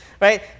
right